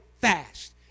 fast